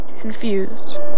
confused